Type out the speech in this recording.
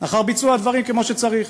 אחר ביצוע הדברים כמו שצריך,